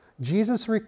Jesus